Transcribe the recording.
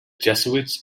jesuits